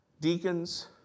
deacons